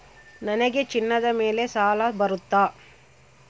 ನನಗೆ ಚಿನ್ನದ ಮೇಲೆ ಸಾಲ ಬರುತ್ತಾ?